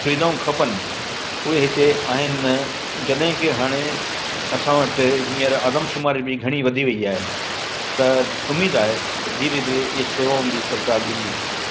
सुविधाऊं खपेनि उहे हिते आहिनि न जॾहिं कि हाणे असां वटि हींअर आदमशुमारी बि घणी वधी वेई आहे त उमीद आहे त धीरे धीरे इहे सेवाऊं बि सरकारि ॾींदी